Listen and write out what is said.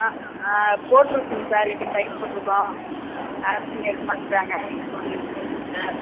ஆ ஆ போடுருக்குங்க சார் எத்தனை டைம் போட்டுருக்கோம் ஆக்ஷன் எடுக்க மாட்டுக்குறாங்க நீங்கள் கொஞ்சம் சொல்லுங்கள் சார்